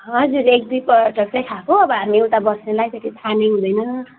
हजुर एक दुईपल्ट चाहिँ खाएको अब हामी उता बस्नेलाई त्यति थाहा नै हुँदैन